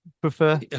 prefer